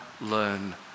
learn